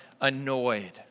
annoyed